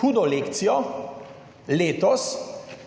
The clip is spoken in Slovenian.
hudo lekcijo. Letos,